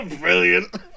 Brilliant